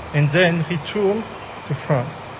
and then return to france.